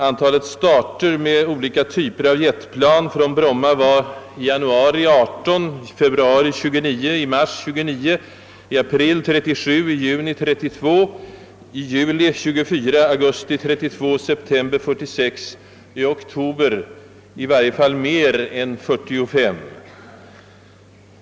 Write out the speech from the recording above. Antalet starter med olika typer av jetplan från Bromma var i januari 18, i februari 29, i mars 29, i april 37, i juni 32, i juli 24, i augusti 32, i september 46 och i oktober i varje fall mer än 45.